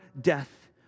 death